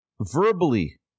verbally